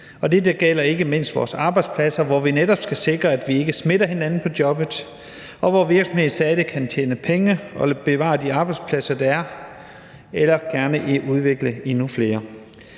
dette gælder ikke mindst vores arbejdspladser, hvor vi netop skal sikre, at vi ikke smitter hinanden på jobbet, og at virksomheder stadig kan tjene penge og bevare de arbejdspladser, der er, eller gerne udvikle endnu flere.